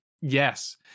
yes